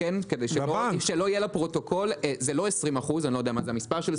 זה לא 20%; אני לא יודע מה זה המספר הזה,